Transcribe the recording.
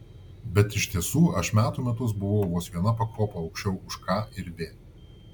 bet iš tiesų aš metų metus buvau vos viena pakopa aukščiau už k ir v